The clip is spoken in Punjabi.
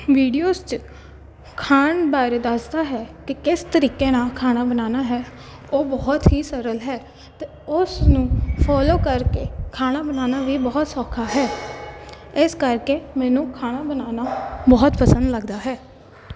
ਵੀਡੀਓਜ਼ 'ਚ ਖਾਣ ਬਾਰੇ ਦੱਸਦਾ ਹੈ ਕਿ ਕਿਸ ਤਰੀਕੇ ਨਾਲ ਖਾਣਾ ਬਣਾਉਣਾ ਹੈ ਉਹ ਬਹੁਤ ਹੀ ਸਰਲ ਹੈ ਅਤੇ ਉਸ ਨੂੰ ਫੋਲੋ ਕਰ ਕੇ ਖਾਣਾ ਬਣਾਉਣਾ ਵੀ ਬਹੁਤ ਸੌਖਾ ਹੈ ਇਸ ਕਰਕੇ ਮੈਨੂੰ ਖਾਣਾ ਬਣਾਉਣਾ ਬਹੁਤ ਪਸੰਦ ਲੱਗਦਾ ਹੈ